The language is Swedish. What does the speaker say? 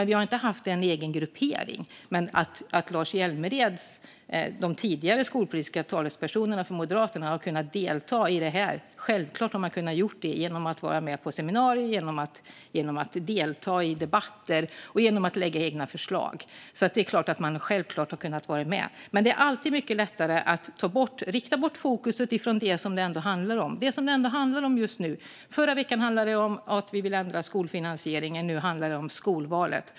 Vi har inte haft någon egen gruppering, men självklart har Lars Hjälmered och Moderaternas tidigare skolpolitiska talespersoner kunnat delta i detta, genom att vara med på seminarier, delta i debatter och lägga fram egna förslag. Det är klart att man har kunnat vara med. Men det är alltid mycket lättare att rikta fokuset bort från det som det ändå handlar om just nu. Förra veckan handlade det om att vi vill ändra skolfinansieringen, och nu handlar det om skolvalet.